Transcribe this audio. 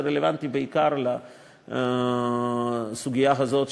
וזה רלוונטי בעיקר לסוגיה הזאת,